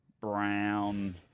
Brown